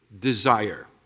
desire